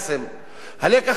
הלקח של אותו טבח נורא,